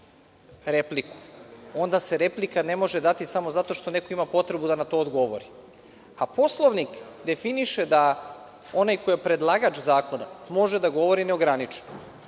repliku, onda se replika ne može dati samo zato što neko ima potrebu da na to odgovori. Poslovnik definiše da onaj ko je predlagač zakona može da govori neograničeno.